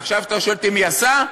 עכשיו אתה שואל אותי מי עשה?